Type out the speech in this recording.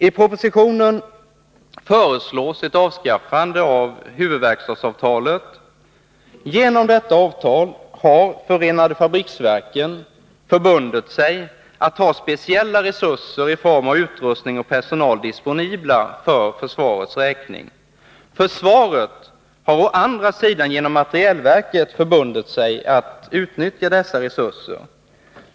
I propositionen föreslås ett avskaffande av huvudverkstadsavtalet. Genom detta avtal har förenade fabriksverken förbundit sig att ha speciella resurser i form av utrustning och personal disponibla för försvarets räkning. Försvaret har å andra sidan genom materielverket förbundit sig att utnyttja dessa resurser.